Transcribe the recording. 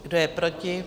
Kdo je proti?